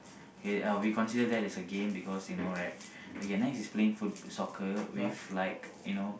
okay we consider that as a game because you know right okay next is playing foot soccer with like you know